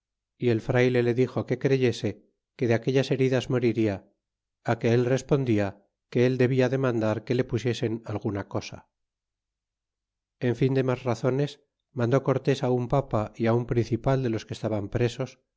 y el frayle le dixo que creyese que de aquellas heridas moriria ó que él respondia que él debla de mandar que le pusiesen alguna cosa en fin de mas razones mandó cortés un papa é un principal de los que estaban presos